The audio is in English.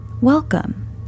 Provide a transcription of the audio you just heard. welcome